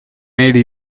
made